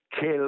kill